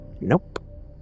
nope